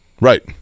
Right